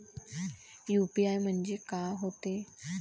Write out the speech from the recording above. UPI म्हणजे का होते?